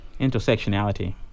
Intersectionality